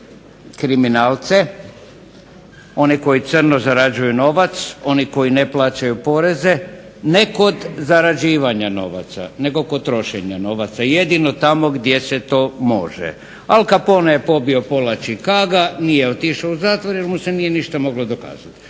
kriminalce oni koji crno zarađuju novac, oni koji ne plaćaju poreze, ne kod zarađivanja novaca, nego kod trošenja novaca jedino tamo gdje se to može. Al Capone je pobio pola Chicaga nije otišao u zatvor jer mu se nije ništa moglo dokazati.